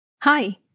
Hi